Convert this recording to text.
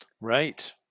Right